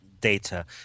data